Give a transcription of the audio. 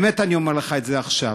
באמת אני אומר לך את זה עכשיו,